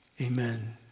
Amen